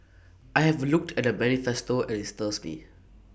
I have looked at the manifesto and IT stirs me